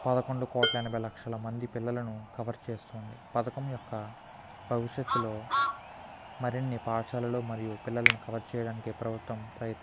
పదకొండు కోట్ల ఎనభై లక్షల మంది పిల్లలను కవర్ చేస్తుంది పథకం యొక్క భవిష్యత్తులో మరిన్ని పాఠశాలలో మరియు పిల్లలను కవర్ చేయడానికి ప్రభుత్వం ప్రయత్న్